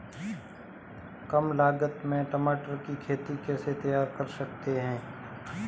कम लागत में टमाटर की खेती कैसे तैयार कर सकते हैं?